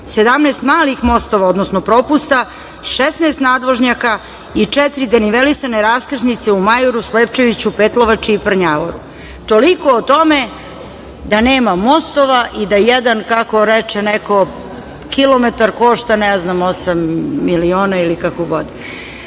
17 malih mostova, odnosno propusta, 16 nadvožnjaka i četiri denivelisane raskrsnice u Majuru, Slepčeviću, Petlovači i Prnjavoru. Toliko o tome da nema mostova i da jedan, kako reče neko, kilometar košta osam miliona ili kako god. Ja